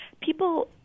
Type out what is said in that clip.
people